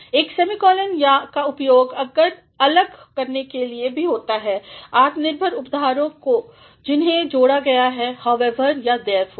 एक सेमीकोलन का उपयोग अलग करने के लिए भी होता है आत्मनिर्भर उपधारों को जिन्हें जोड़ा गया हैhowever या thereforeसे